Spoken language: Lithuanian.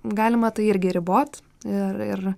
galima tai irgi ribot ir ir